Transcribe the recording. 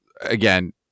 again